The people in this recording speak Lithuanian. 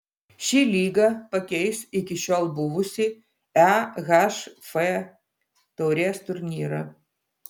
ši lyga pakeis iki šiol buvusį ehf taurės turnyrą